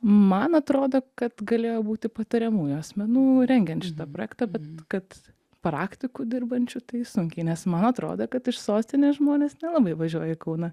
man atrodo kad galėjo būti patariamųjų asmenų rengiančių tą projektą bet kad praktikų dirbančių tai sunkiai nes man atrodo kad iš sostinės žmonės nelabai važiuoja į kauną